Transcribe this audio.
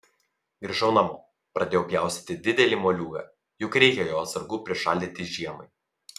grįžau namo pradėjau pjaustyti didelį moliūgą juk reikia jo atsargų prišaldyti žiemai